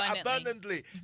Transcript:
abundantly